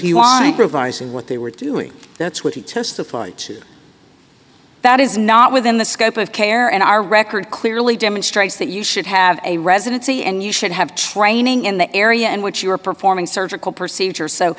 you want revising what they were doing that's what he testified to that is not within the scope of care and our record clearly demonstrates that you should have a residency and you should have training in the area in which you are performing surgical procedure so